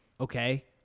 Okay